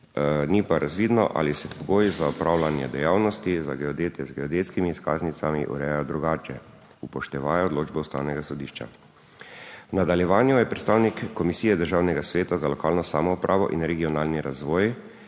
ni pa razvidno, ali se pogoji za opravljanje dejavnosti za geodete z geodetskimi izkaznicami urejajo drugače, upoštevaje odločbo Ustavnega sodišča. V nadaljevanju je predstavnik Komisije Državnega sveta za lokalno samoupravo in regionalni razvoj